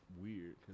weird